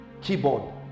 keyboard